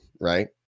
right